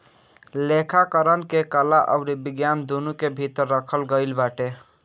लेखाकरण के कला अउरी विज्ञान दूनो के भीतर रखल गईल बाटे